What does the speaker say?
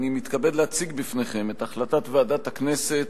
אני מתכבד להציג בפניכם את החלטת ועדת הכנסת